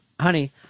honey